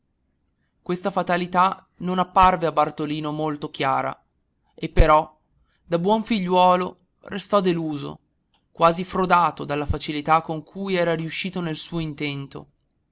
questa fatalità non apparve a bartolino molto chiara e però da buon figliuolo restò deluso quasi frodato dalla facilità con cui era riuscito nel suo intento